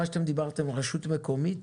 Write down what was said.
מה שדיברתם על רשות מקומית,